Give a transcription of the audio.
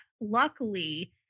luckily